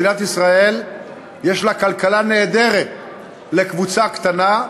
שמדינת ישראל יש לה כלכלה נהדרת לקבוצה קטנה,